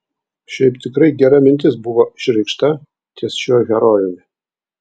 šiaip tikrai gera mintis buvo išreikšta ties šiuo herojumi